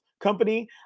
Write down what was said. Company